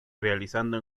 realizando